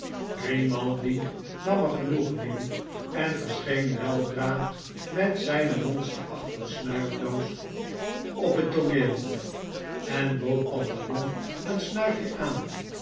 nam er genoegen in en verscheen weldra met zijne monsterachtige snuifdoos op het tooneel en bood pantalon een snuifje aan